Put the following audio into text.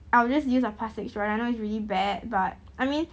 I'll just use a platsic straw and I know it's really bad but I mean